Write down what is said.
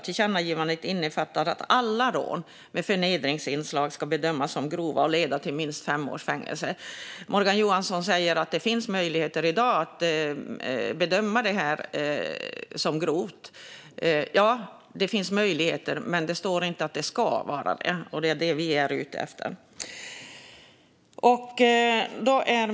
Tillkännagivandet innefattar att alla rån med förnedringsinslag ska bedömas som grova och leda till minst fem års fängelse. Morgan Johansson säger att det finns möjligheter i dag att bedöma detta som grovt - ja, det finns möjligheter, men det står inte att det ska bedömas så. Det är det vi är ute efter.